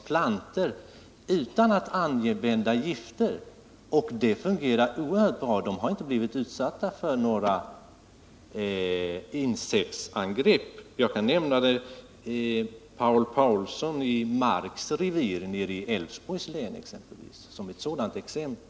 Man har satt miljontals plantor, och de har klarat sig oerhört bra, utan att ha blivit utsatta för några insektsangrepp. Jag kan nämna Paul Paulsson i Marks revir i Älvsborgs län som ett sådant exempel.